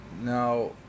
Now